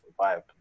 vibe